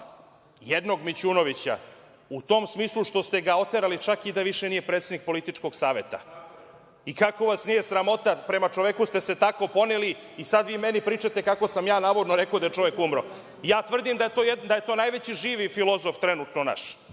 jednog Mićunovića, u tom smislu što ste ga oterali čak i da više nije predsednik političkog saveta. Kako vas nije sramota, prema čoveku ste se tako poneli i sad vi meni pričate kako sam ja navodno rekao da je čovek umro? Ja tvrdim da je to najveći živi filozof trenutno naš.